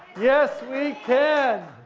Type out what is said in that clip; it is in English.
yes we can!